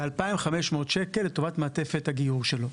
ב-2,500 שקל לטובת מעטפת הגיור שלו.